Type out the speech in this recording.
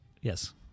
Yes